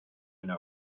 una